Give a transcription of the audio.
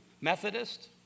Methodist